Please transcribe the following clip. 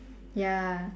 ya